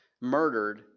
murdered